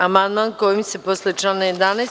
Amandman kojim se posle člana 11.